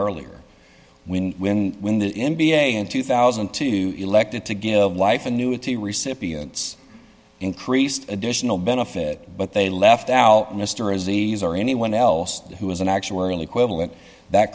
earlier when when when the n b a in two thousand and two elected to give life annuity recipients increased additional benefit but they left out mr aziz or anyone else who was an actuarial equivalent that